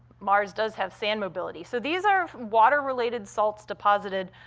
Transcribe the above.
mars does have sand mobility. so these are water-related salts deposited